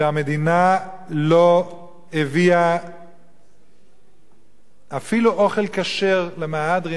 שהמדינה לא הביאה אפילו אוכל כשר למהדרין,